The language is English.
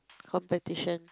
competition